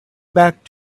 back